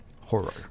horror